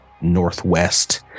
northwest